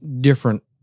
different